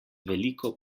veliko